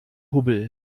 hubbel